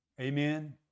Amen